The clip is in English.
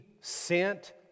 sent